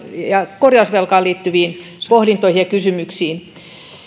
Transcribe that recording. ja korjausvelkaan liittyviin pohdintoihin ja kysymyksiin